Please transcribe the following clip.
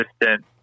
assistant